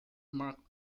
marked